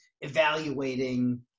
evaluating